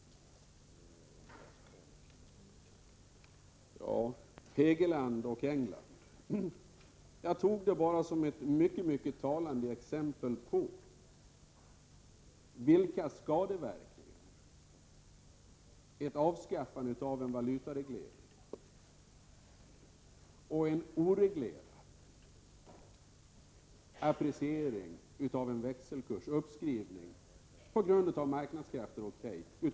Till Hugo Hegeland vill jag säga att jag anförde England som ett mycket talande exempel på vilka skadeverkningar som kan bli följden av en slopad valutareglering och en oreglerad appreciering av växelkursen — låt vara att uppskrivningen sker på grund av marknadskrafterna.